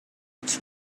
its